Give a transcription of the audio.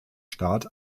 staat